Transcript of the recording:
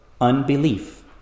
unbelief